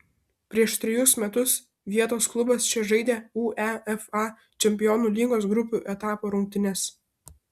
prieš trejus metus vietos klubas čia žaidė uefa čempionų lygos grupių etapo rungtynes